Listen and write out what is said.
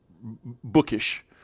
bookish